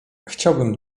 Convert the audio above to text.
chciałbym